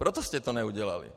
Proto jste to neudělali.